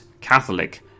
catholic